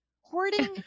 Hoarding